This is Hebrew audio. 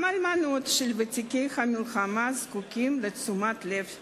גם אלמנות של ותיקי המלחמה זקוקות לתשומת לב ולסיוע.